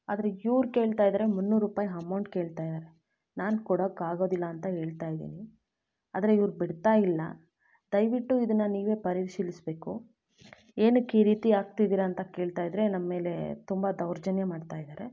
ಆದರೆ ಇವ್ರು ಕೇಳ್ತಾ ಇದ್ದಾರೆ ಮುನ್ನೂರು ರೂಪಾಯಿ ಹಮೌಂಟ್ ಕೇಳ್ತಾ ಇದಾರೆ ನಾನು ಕೊಡಕ್ಕೆ ಆಗೋದಿಲ್ಲ ಅಂತ ಹೇಳ್ತಾ ಇದ್ದೀನಿ ಆದರೆ ಇವ್ರು ಬಿಡ್ತಾ ಇಲ್ಲ ದಯವಿಟ್ಟು ಇದನ್ನ ನೀವೇ ಪರಿಶೀಲಿಸಬೇಕು ಏನಕ್ಕೆ ಈ ರೀತಿ ಹಾಕ್ತಿದೀರಾ ಅಂತ ಕೇಳ್ತಾ ಇದ್ದರೆ ನಮ್ಮ ಮೇಲೆ ತುಂಬ ದೌರ್ಜನ್ಯ ಮಾಡ್ತಾ ಇದ್ದಾರೆ